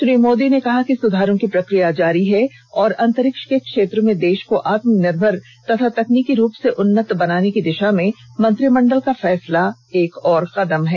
श्री मोदी ने कहा कि सुधारों की प्रक्रिया जारी है और अंतरिक्ष के क्षेत्र में देश को आत्मनिर्भर तथा तकनीकी रुप से उन्नत बनाने की दिशा में मंत्रिमंडल का फैसला एक और कदम है